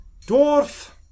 dwarf